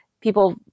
people